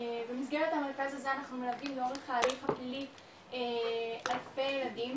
במסגרת המרכז הזה אנחנו מלווים לאורך ההליך הפלילי אלפי ילדים